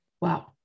Wow